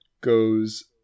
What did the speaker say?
goes